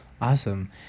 Awesome